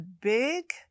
big